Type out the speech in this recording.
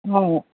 অঁ